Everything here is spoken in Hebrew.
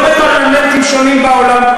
לא בפרלמנטים שונים בעולם.